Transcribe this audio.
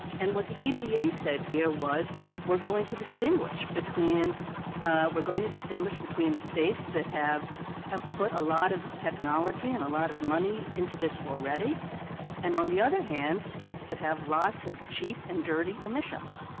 and what the epa said here was we're going to distinguish between we're going to distinguish between states that have have put a lot of technology and a lot of money into this already and on the other hand states that have lots of cheap and dirty emissions.